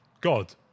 God